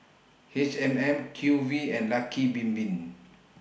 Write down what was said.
H M M Q V and Lucky Bin Bin